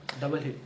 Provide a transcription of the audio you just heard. double heel